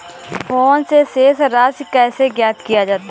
Phone से शेष राशि कैसे ज्ञात किया जाता है?